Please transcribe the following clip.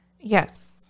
Yes